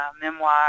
memoir